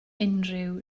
unrhyw